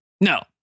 No